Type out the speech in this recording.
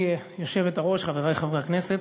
גברתי היושבת-ראש, חברי חברי הכנסת,